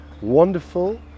wonderful